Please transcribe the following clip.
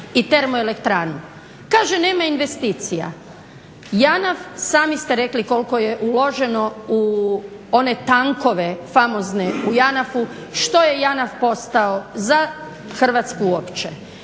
i termoelektranu. Kaže nema investicija? JANAF, sami ste rekli koliko je uloženo u one tankove, famozne u JANAF-u, što je JANAF postao za Hrvatsku uopće?